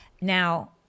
Now